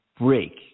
break